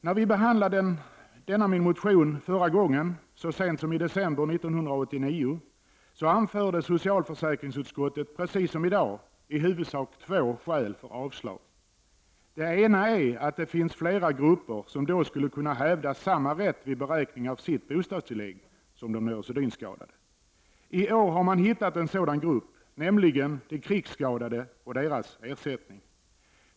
När vi behandlade denna min motion förra gången, så sent som i december 1989, anförde socialförsäkringsutskottet precis som i dag i huvudsak två skäl för avslag. Det ena är att det finns flera grupper som skulle kunna hävda samma rätt vid beräkning av sitt bostadstillägg som de neurosedynskadade. I år har man hittat en sådan grupp, nämligen de krigsskadade.